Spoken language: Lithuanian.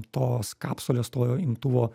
tos kapsulės to imtuvo